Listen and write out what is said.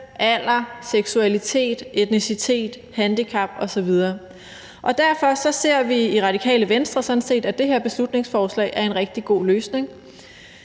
alder, seksualitet, etnicitet, handicap osv. Og derfor ser vi i Radikale Venstre sådan set, at det her beslutningsforslag er en rigtig god løsning.